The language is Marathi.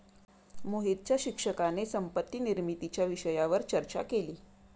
मोहितच्या शिक्षकाने संपत्ती निर्मितीच्या विषयावर चर्चा केली